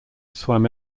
swam